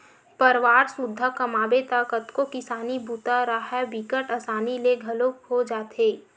परवार सुद्धा कमाबे त कतको किसानी बूता राहय बिकट असानी ले घलोक हो जाथे